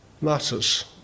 matters